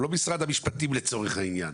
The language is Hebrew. הוא לא משרד המשפטים לצורך העניין.